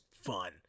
fun